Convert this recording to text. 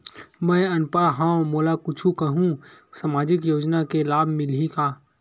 मैं अनपढ़ हाव मोला कुछ कहूं सामाजिक योजना के लाभ मिलही का?